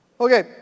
Okay